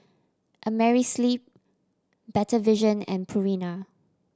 Amerisleep Better Vision and Purina